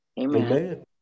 Amen